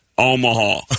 Omaha